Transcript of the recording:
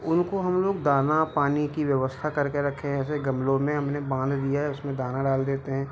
उनको हम लोग दाना पानी की व्यवस्था करके रखे हैं ऐसे गमलों में हमने बांध दिया है उसमे दाना डाल देते हैं